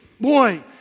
boy